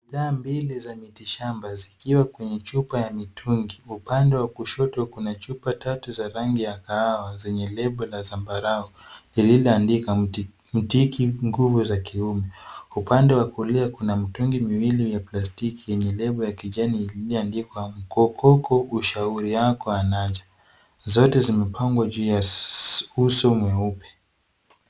Dawa mbili za miti shamba, zikiwa kwenye chupa ya mitungi. Upande wa kushoto kuna chupa tatu za rangi ya kahawa zenye lebo la zambarau, lililoandika mtiki nguvu za kiume. Upande wa kulia kuna mtungi miwili ya plastiki yenye lebo ya kijani iliyoandikwa mkokoko ushauri wako anaja. Zote zimepangwa juu ya uso mweupe.